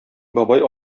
бабай